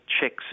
checks